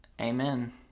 Amen